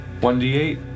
1D8